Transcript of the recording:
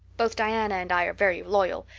both diana and i are very loyal.